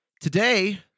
Today